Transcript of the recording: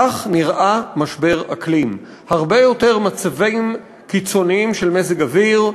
כך נראה משבר אקלים: הרבה יותר מצבים קיצוניים של מזג אוויר,